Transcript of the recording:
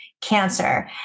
Cancer